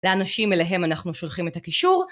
לאנשים אליהם אנחנו שולחים את הקישור.